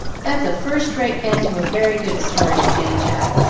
that's a first-rate end to a very good story, began jack,